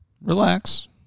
Relax